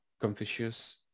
Confucius